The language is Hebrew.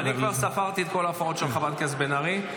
כבר ספרתי את כל ההפרעות של חברת הכנסת בן ארי.